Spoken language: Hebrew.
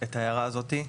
את ההערה הזאת.